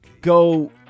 go